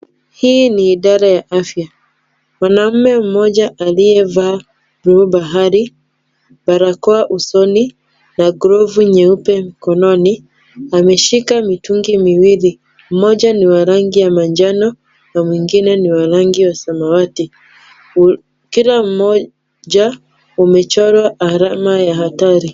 Hii ni idara ya afya. Mwanaume mmoja aliyevaa bluu bahari, barakoa usoni na glovu nyeupe mkononi, ameshika mitungi miwili. Mmoja ni wa rangi ya manjano mwingine ni wa rangi ya samawati. Kila mmoja umechorwa alama ya hatari.